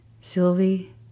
Sylvie